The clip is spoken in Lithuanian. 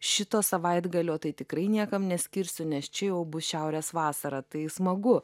šito savaitgalio tai tikrai niekam neskirsiu nes čia jau bus šiaurės vasara tai smagu